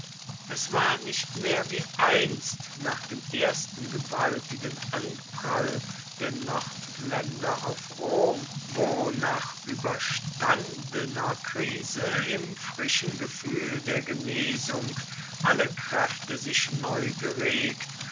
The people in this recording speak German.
es war nicht mehr wie einst nach dem ersten gewaltigen anprall der nordländer auf rom wo nach überstandener krise im frischen gefühl der genesung alle kräfte sich neu geregt